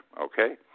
okay